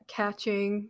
catching